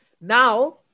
now